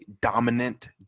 dominant